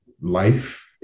life